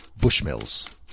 bushmills